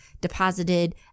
deposited